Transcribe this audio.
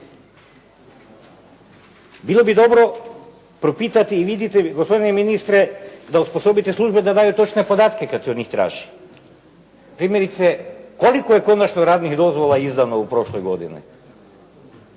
Bilo bi dobro propitati i vidjeti gospodine ministre da osposobite službe da daju točne podatke kad se od njih traže. Primjerice koliko je konačno radnih dozvola izdano u prošloj godini?